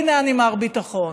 הינה אני מר ביטחון.